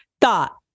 thought